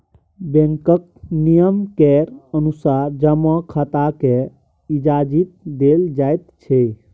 बैंकक नियम केर अनुसार जमा खाताकेँ इजाजति देल जाइत छै